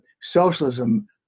Socialism